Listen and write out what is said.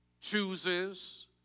chooses